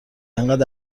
انقد